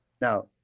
Now